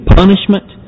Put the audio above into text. punishment